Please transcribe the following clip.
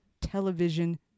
television